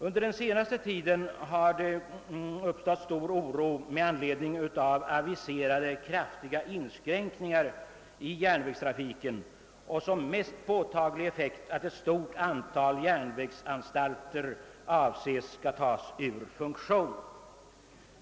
Under den senaste tiden har det uppstått stor oro med anledning av aviserade kraftiga inskränkningar i järnvägstrafiken med som mest påtaglig effekt att ett stort antal järnvägsanstalter avses skola tagas ur funktion.